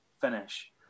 finish